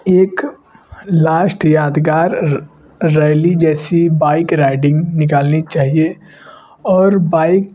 एक लाश्ट यादगार रैली जैसी बाइक राइडिंग निकालनी चाहिए और बाइक